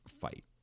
fight